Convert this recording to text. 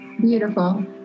Beautiful